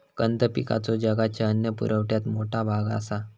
कंद पिकांचो जगाच्या अन्न पुरवठ्यात मोठा भाग आसा